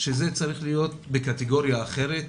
שזה צריך להיות בקטגוריה אחרת,